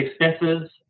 expenses